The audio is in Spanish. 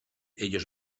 ellos